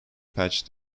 patched